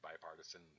bipartisan